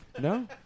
No